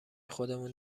خودمون